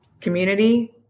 community